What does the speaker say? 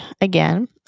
again